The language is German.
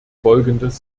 folgendes